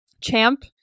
Champ